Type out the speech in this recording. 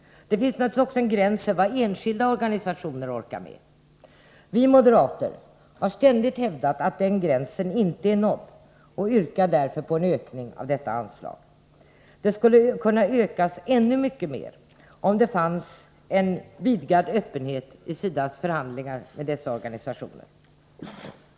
Det finns naturligtvis också en gräns för vad enskilda organisationer orkar med. Vi moderater har ständigt hävdat att den gränsen inte är nådd och yrkar därför på en ökning av detta anslag. Det skulle kunna öka ännu mycket mer om det fanns en vidgad öppenhet i SIDA:s förhandlingar med dessa organisationer.